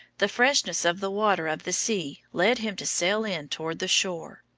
the freshness of the water of the sea led him to sail in toward the shore.